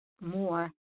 more